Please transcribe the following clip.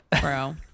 bro